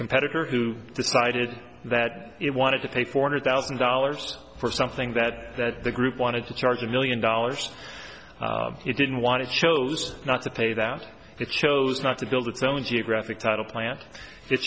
competitor who decided that it wanted to pay four hundred thousand dollars for something that that the group wanted to charge a million dollars he didn't want it shows not to pay that it chose not to build its own geographic title plant it